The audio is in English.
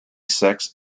sex